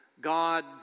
God